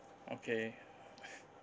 okay